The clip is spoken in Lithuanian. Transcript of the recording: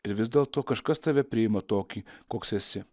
ir vis dėlto kažkas tave priima tokį koks esi